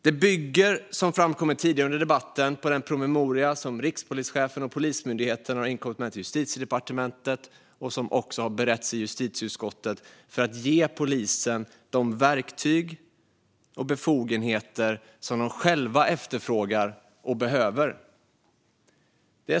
Det bygger, som framkommit tidigare under debatten, på den promemoria som rikspolischefen och Polismyndigheten har inkommit med till Justitiedepartementet, som också har beretts i justitieutskottet, för att ge polisen de verktyg och befogenheter som polisen själv efterfrågar och behöver.